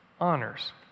honors